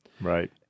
Right